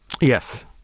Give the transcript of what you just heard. Yes